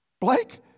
Blake